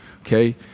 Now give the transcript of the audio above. okay